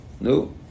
No